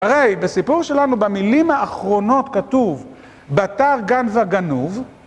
הרי, בסיפור שלנו, במילים האחרונות כתוב בתר גן וגנוב